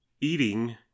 eating